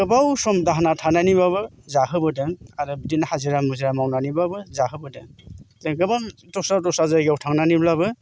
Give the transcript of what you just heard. गोबाव सम दाहोना थानानैबाबो जाहोबोदों आरो बिदिनो हाजिरा मुजिरा मावनानैबाबो जाहोबोदों जों गोबां दस्रा दस्रा जायगायाव थांनानैब्लाबो